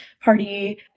party